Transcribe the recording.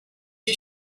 you